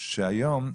היום,